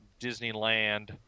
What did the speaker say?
disneyland